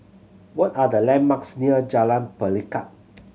what are the landmarks near Jalan Pelikat